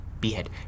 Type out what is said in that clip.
behead